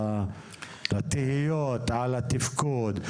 לתהיות על התפקוד,